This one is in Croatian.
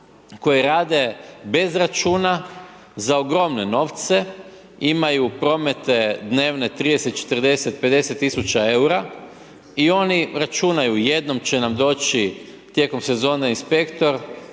koji rade bez računa, za ogromne novce, imaju promete dnevne 30, 40, 50 tisuća EUR-a i oni računaju jednom će nam doći tijekom sezone inspektor